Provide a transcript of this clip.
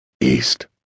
East